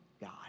God